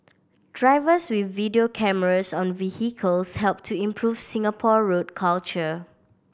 drivers with video cameras on vehicles help to improve Singapore road culture